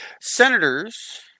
senators